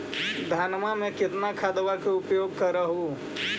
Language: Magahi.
धानमा मे कितना खदबा के उपयोग कर हू?